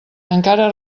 encara